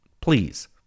please